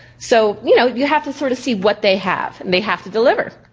so you know, you have to sort of see what they have. and they have to deliver.